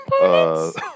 components